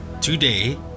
today